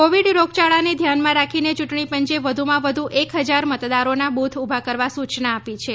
Covid રોગયાળાને ધ્યાનમાં રાખીને યૂંટણી પંચે વધુમાં વધુ એક હજાર મતદારોના બૂથ ઉભા કરવા સુચના આપેલી છે